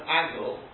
angle